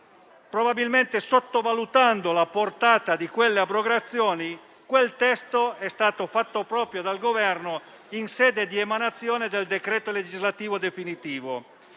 Probabilmente sottovalutando la portata di quelle stesse abrogazioni, quel testo è stato fatto proprio dal Governo in sede di emanazione del decreto legislativo definitivo.